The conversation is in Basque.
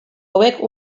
hauek